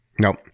Nope